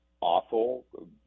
awful